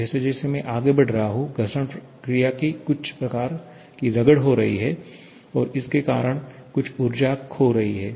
जैसे जैसे मैं आगे बढ़ रहा हूं घर्षण क्रिया की कुछ प्रकार की रगड़ हो रही है और इसके कारण कुछ ऊर्जा खो रही है